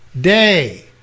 day